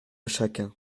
chacun